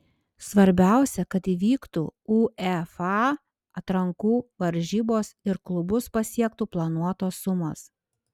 svarbiausia kad įvyktų uefa atrankų varžybos ir klubus pasiektų planuotos sumos